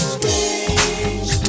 Strange